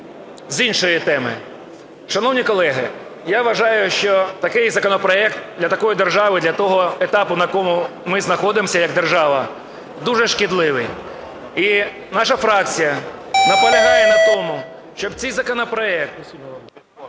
з іншої теми. Шановні колеги, я вважаю, що такий законопроект для такої держави для того етапу, на якому ми знаходимося як держава, дуже шкідливий. І наша фракція наполягає на тому, що цей законопроект